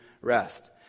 rest